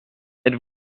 êtes